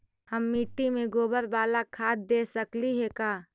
हम मिट्टी में गोबर बाला खाद दे सकली हे का?